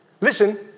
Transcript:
Listen